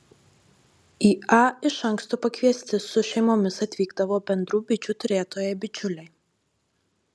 į a iš anksto pakviesti su šeimomis atvykdavo bendrų bičių turėtojai bičiuliai